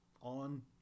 on